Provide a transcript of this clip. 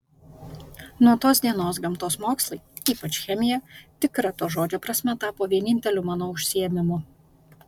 nuo tos dienos gamtos mokslai ypač chemija tikra to žodžio prasme tapo vieninteliu mano užsiėmimu